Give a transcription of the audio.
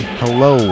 hello